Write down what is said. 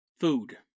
food